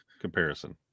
comparison